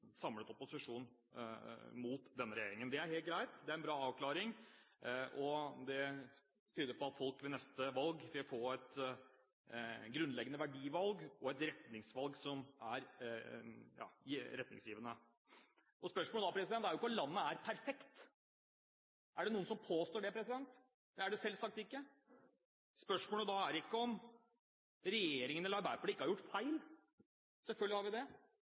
samlet opposisjon mot denne regjeringen. Det er helt greit, det er en bra avklaring, og det tyder på at folk ved neste valg vil få et grunnleggende verdivalg og et valg som er retningsgivende. Spørsmålet er ikke da om landet er perfekt. Er det noen som påstår det? Det er det selvsagt ikke. Spørsmålet er ikke da om regjeringen eller Arbeiderpartiet ikke har gjort feil. Selvfølgelig har vi det.